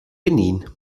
benin